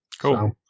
Cool